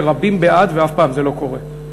שרבים בעד ואף פעם לא זה לא קורה?